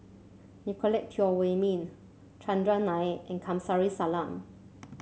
Nicolette Teo Wei Min Chandran Nair and Kamsari Salam